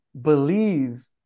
believe